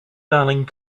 darling